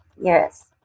Yes